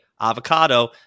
avocado